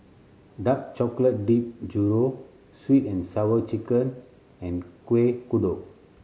dark chocolate dipped churro Sweet And Sour Chicken and Kuih Kodok